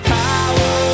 power